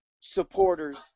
supporters